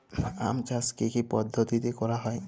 আম চাষ কি কি পদ্ধতিতে করা হয়?